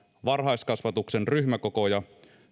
varhaiskasvatuksen ryhmäkokoja